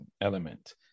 element